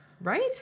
right